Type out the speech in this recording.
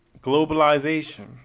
globalization